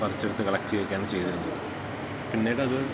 പറിച്ചെടുത്തു കളക്റ്റെയ്യുകയാണു ചെയ്തിരുന്നത് പിന്നീടത്